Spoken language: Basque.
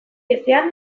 ezean